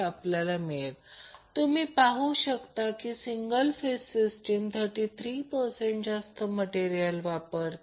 33 तुम्ही पाहू शकता की सिंगल फेज सिस्टीम 33 जास्त मटेरियल वापरते